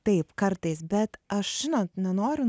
taip kartais bet aš žinot nenoriu